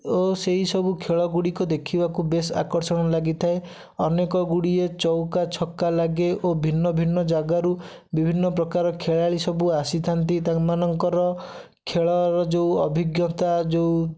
ଓ ସେହି ସବୁ ଖେଳ ଗୁଡ଼ିକ ଦେଖିବାକୁ ବେଶ୍ ଆକର୍ଷଣ ଲାଗିଥାଏ ଅନେକ ଗୁଡ଼ିଏ ଚୌକା ଛକା ଲାଗେ ଓ ଭିନ୍ନ ଭିନ୍ନ ଜାଗାରୁ ବିଭିନ୍ନ ପ୍ରକାର ଖେଳାଳି ସବୁ ଆସିଥାନ୍ତି ତାଙ୍କ ମାନଙ୍କର ଖେଳର ଯେଉଁ ଅଭିଜ୍ଞତା ଯେଉଁ